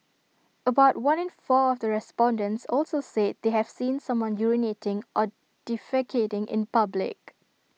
about one in four of the respondents also said they have seen someone urinating or defecating in public